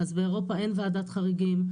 אז באירופה אין ועדת חריגים,